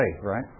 right